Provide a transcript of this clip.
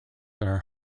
are